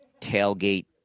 tailgate